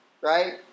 Right